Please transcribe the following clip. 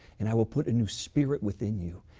and i will put a new spirit within you.